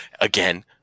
again